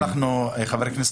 מי שלא משתמש